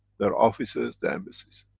their offices, their embassies.